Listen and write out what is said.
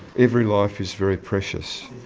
every life is very precious,